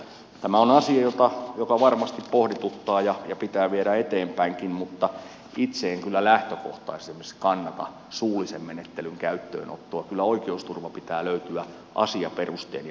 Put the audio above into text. tämä on asia joka varmasti pohdituttaa ja jota pitää viedä eteenpäinkin mutta itse en kyllä lähtökohtaisesti kannata suullisen menettelyn käyttöönottoa kyllä oikeusturvan pitää löytyä asiaperustein ja paperilla